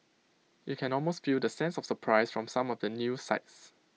you can almost feel the sense of surprise from some of the news sites